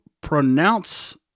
pronounce